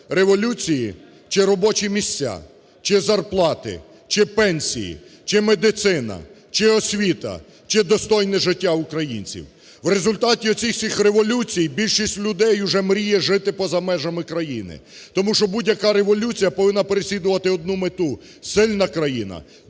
революції, чи робочі місця, чи зарплати, чи пенсії, чи медицина, чи освіта, чи достойне життя українців? В результаті оцих всіх революцій більшість людей вже мріє жити поза межами країни, тому що будь-яка революція повинна переслідувати одну мету: сильна країна,